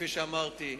כפי שאמרתי,